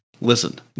listen